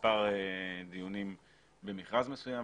מספר דיונים במכרז מסוים,